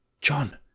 John